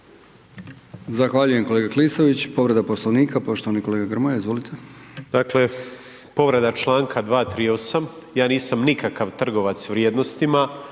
Zahvaljujem, kolega Klisović. Povreda Poslovnika, poštovani kolega Grmoja, izvolite. **Grmoja, Nikola (MOST)** Dakle, povreda čl. 238., ja nisam nikakav trgovac vrijednostima,